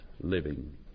living